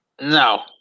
No